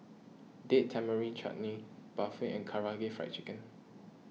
Date Tamarind Chutney Barfi and Karaage Fried Chicken